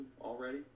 already